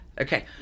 Okay